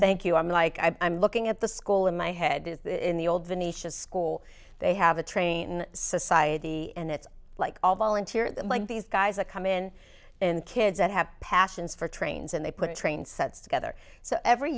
thank you i'm like i'm looking at the school in my head in the old venetia school they have a train society and it's like all volunteer like these guys that come in and kids that have passions for trains and they put a train sets together so every